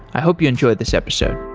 i hope you enjoy this episode.